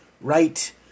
right